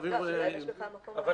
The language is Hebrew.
רכבים --- מה